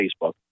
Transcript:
Facebook